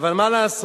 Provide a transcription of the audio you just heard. אבל מה לעשות?